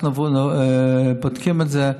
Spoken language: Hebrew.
אנחנו בודקים את זה.